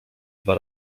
dwa